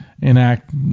enact